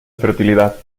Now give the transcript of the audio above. fertilidad